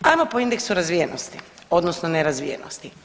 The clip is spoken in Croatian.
Ajmo po indeksu razvijenosti odnosno nerazvijenosti.